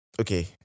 Okay